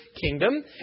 kingdom